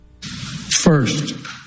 First